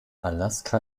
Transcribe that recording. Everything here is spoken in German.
alaska